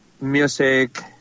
music